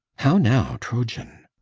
how now, troyan!